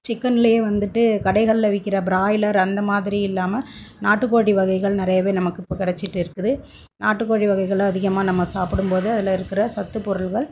சிக்கன்லேயே வந்துட்டு கடைகளில் விற்கிற பிராய்லர் அந்தமாதிரி இல்லாமல் நாட்டுக்கோழி வகைகள் நெறைய நமக்கு இப்போது கெடைச்சிட்டு இருக்குது நாட்டுக்கோழி வகைகளை அதிகமாக நம்ம சாப்பிடும்போது அதில் இருக்கிற சத்து பொருட்கள்